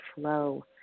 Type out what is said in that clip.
flow